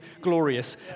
glorious